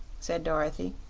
said dorothy.